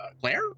Claire